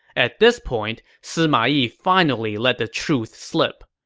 at this point, sima yi finally let the truth slip.